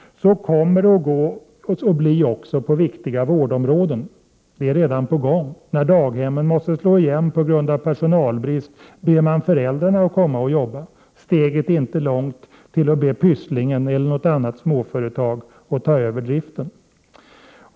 Så kommer det att bli också på viktiga vårdområden. Det är redan på gång. När daghemmen måste slå igen på grund av personalbrist ber man föräldrarna komma och göra en insats. Steget är inte långt till att be Pysslingen eller något annat småföretag att ta över driften.